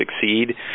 succeed